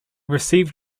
received